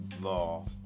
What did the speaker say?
law